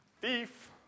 thief